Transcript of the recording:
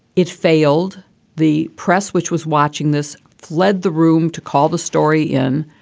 it failed the press, which was watching this. fled the room to call the story in.